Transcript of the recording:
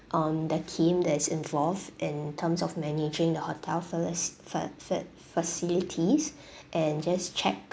um the team that is involved in terms of managing the hotel facili~ fa~ fa~ facilities and just check